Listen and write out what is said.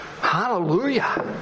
Hallelujah